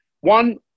One